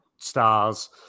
Stars